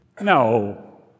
No